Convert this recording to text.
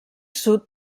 sud